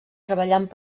treballant